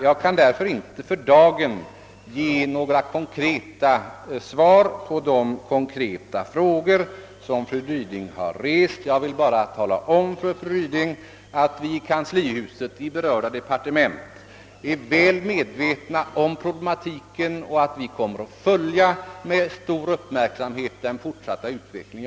Jag kan därför för dagen inte ge några konkreta svar på de konkreta frågor som fru Ryding ställt. Jag vill bara tala om för fru Ryding, att vi i kanslihuset i berörda departement är väl medvetna om problemen och att:vi kommer att följa den fortsatta utvecklingen med stor uppmärksamhet.